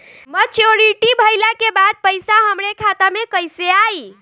Maturity भईला के बाद पईसा हमरे खाता में कइसे आई?